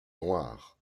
noires